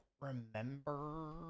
remember